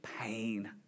pain